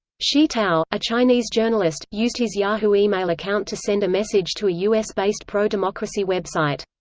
shi tao, a chinese journalist, used his yahoo! email account to send a message to a u s based pro-democracy website.